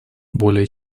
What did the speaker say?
более